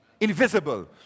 invisible